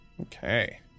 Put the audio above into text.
Okay